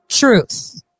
Truth